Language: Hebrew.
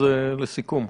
אז לסיכום.